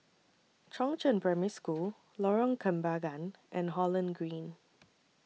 Chongzheng Primary School Lorong Kembagan and Holland Green